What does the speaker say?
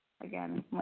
again